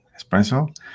espresso